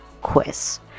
quiz